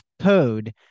code